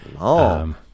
Long